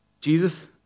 Jesus